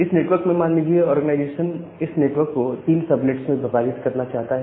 इस नेटवर्क में मान लीजिए ऑर्गनाइजेशन इस नेटवर्क को 3 सबनेट्स में विभाजित करना चाहता है